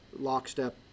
lockstep